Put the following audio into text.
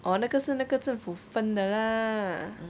oh 那个是那个政府份的 lah